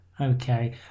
Okay